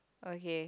okay